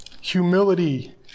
humility